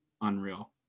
unreal